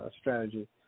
strategy